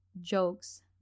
jokes